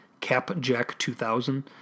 CapJack2000